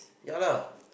ya lah